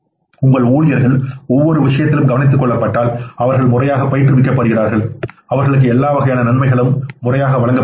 உங்கள் ஊழியர்கள் ஒவ்வொரு விஷயத்திலும் கவனித்துக் கொள்ளப்பட்டால் அவர்கள் முறையாகப் பயிற்றுவிக்கப்படுகிறார்கள் அவர்களுக்கு எல்லா வகையான நன்மைகளும் முறையாக வழங்கப்படுகின்றன